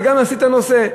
וגם להסיט את הנושא.